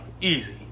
Easy